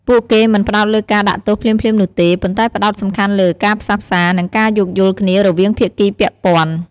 ពួកគេមិនផ្តោតលើការដាក់ទោសភ្លាមៗនោះទេ ប៉ុន្តែផ្តោតសំខាន់លើ ការផ្សះផ្សា និងការយោគយល់គ្នា រវាងភាគីពាក់ព័ន្ធ។